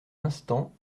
instant